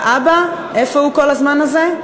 והאבא, איפה הוא כל הזמן הזה?